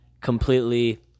completely